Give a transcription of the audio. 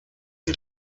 die